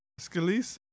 Scalise